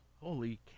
Holy